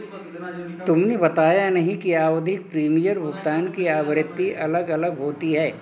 तुमने बताया नहीं कि आवधिक प्रीमियम भुगतान की आवृत्ति अलग अलग होती है